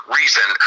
reason